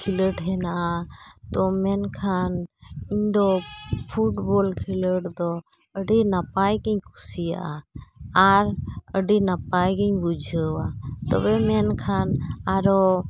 ᱠᱷᱤᱞᱳᱰ ᱦᱮᱱᱟᱜᱼᱟ ᱛᱳ ᱢᱮᱱᱠᱷᱟᱱ ᱤᱧᱫᱚ ᱯᱷᱩᱴᱵᱚᱞ ᱠᱷᱮᱞᱳᱰᱫᱚ ᱟᱹᱰᱤ ᱱᱟᱯᱟᱭᱜᱮᱧ ᱠᱩᱥᱤᱭᱟᱜᱼᱟ ᱟᱨ ᱟᱹᱰᱤ ᱱᱟᱯᱟᱭᱜᱮᱧ ᱵᱩᱡᱷᱟᱹᱟ ᱛᱚᱵᱮ ᱢᱮᱱᱠᱷᱟᱱ ᱟᱨᱚ